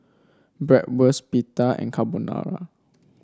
Bratwurst Pita and Carbonara